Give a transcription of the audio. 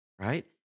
Right